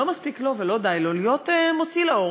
לא מספיק לו ולא די לו להיות מוציא לאור